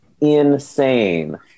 insane